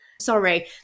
Sorry